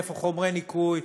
איפה חומרי ניקוי?